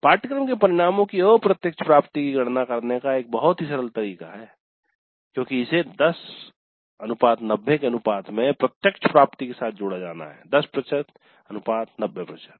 पाठ्यक्रम के परिणामों की अप्रत्यक्ष प्राप्ति की गणना करने का एक बहुत ही सरल तरीका है क्योंकि इसे 1090 के अनुपात में प्रत्यक्ष प्राप्ति के साथ जोड़ा जाना है 10 प्रतिशत 90 प्रतिशत